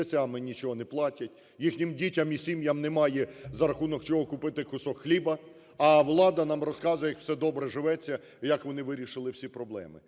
місяцями нічого не платять, їхнім дітям і сім'ям немає за рахунок чого купити кусок хліба, а влада нам розказує як все добре живеться і як вони вирішили всі проблеми.